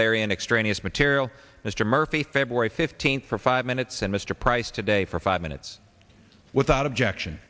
an extraneous material mr murphy february fifteenth for five minutes and mr price today for five minutes without objection